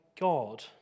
God